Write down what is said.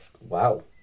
Wow